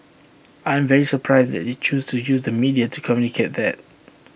I'm very surprised that they choose to use the media to communicate that